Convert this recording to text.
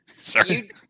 Sorry